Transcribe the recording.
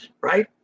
right